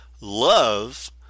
Love